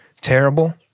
terrible